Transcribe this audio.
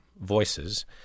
voices